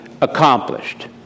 accomplished